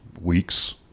weeks